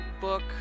book